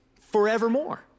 forevermore